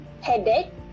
headache